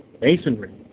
Masonry